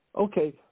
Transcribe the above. Okay